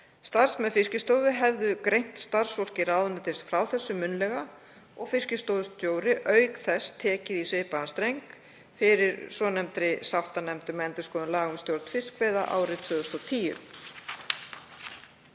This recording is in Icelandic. Starfsmenn Fiskistofu hefðu greint starfsfólki ráðuneytisins frá þessu munnlega og fiskistofustjóri auk þess tekið í svipaðan streng fyrir svonefndri sáttanefnd um endurskoðun laga um stjórn fiskveiða árið 2010.